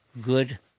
good